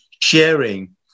sharing